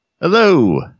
Hello